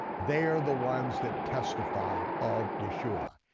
they're the ones that testify of yeshua.